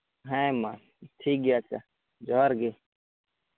ᱦᱮᱸ ᱢᱟ ᱴᱷᱤᱠ ᱜᱮᱭᱟ ᱟᱪᱪᱷᱟ ᱡᱚᱸᱦᱟᱨ ᱜᱮ